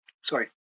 sorry